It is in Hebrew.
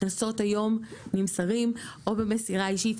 קנסות היום נמסרים או במסירה אישית,